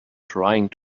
trying